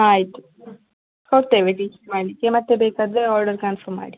ಆಯಿತು ಕೊಡ್ತೇವೆ ಟೇಸ್ಟ್ ಮಾಡಲಿಕ್ಕೆ ಮತ್ತೆ ಬೇಕಾದರೆ ಆರ್ಡರ್ ಕ್ಯಾನ್ಸಲ್ ಮಾಡಿ